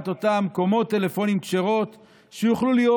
אותן קומות טלפונים כשרות שיוכלו להיות.